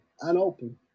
unopened